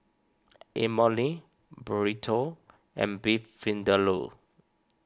Imoni Burrito and Beef Vindaloo